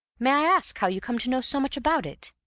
may i ask how you come to know so much about it?